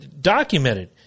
documented